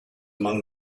among